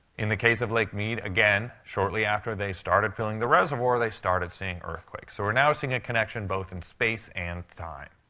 in the case of lake mead, again, shortly after they started filling the reservoir, they started seeing earthquakes. so we're now seeing a connection both in space and time.